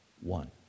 one